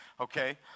okay